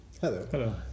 Hello